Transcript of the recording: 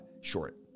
Short